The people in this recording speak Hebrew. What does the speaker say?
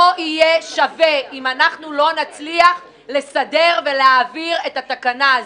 יהיה שווה אם לא נצליח לסדר ולהעביר את התקנה הזאת.